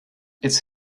its